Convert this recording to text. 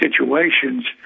situations